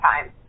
time